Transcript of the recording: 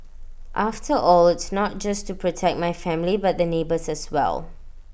after all it's not just to protect my family but the neighbours as well